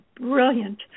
brilliant